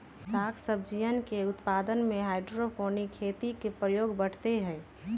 साग सब्जियन के उत्पादन में हाइड्रोपोनिक खेती के प्रयोग बढ़ते हई